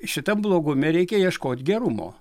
šitam blogume reikia ieškot gerumo